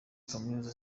kaminuza